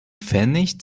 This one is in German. pfennig